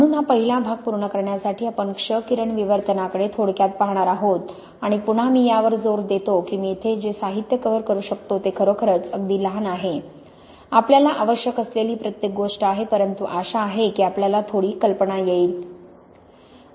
म्हणून हा पहिला भाग पूर्ण करण्यासाठी आपण क्ष किरण विवर्तनाकडे थोडक्यात पाहणार आहोत आणि पुन्हा मी यावर जोर देतो की मी येथे जे साहित्य कव्हर करू शकतो ते खरोखरच अगदी लहान आहे आपल्याला आवश्यक असलेली प्रत्येक गोष्ट आहे परंतु आशा आहे की आपल्याला थोडी कल्पना येईल